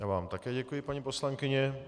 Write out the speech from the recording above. Já vám také děkuji, paní poslankyně.